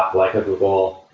like a google,